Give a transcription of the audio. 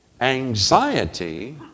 Anxiety